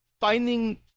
finding